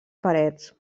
parets